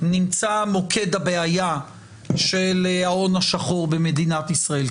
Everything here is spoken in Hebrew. נמצא מוקד הבעיה של ההון השחור במדינת ישראל.